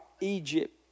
Egypt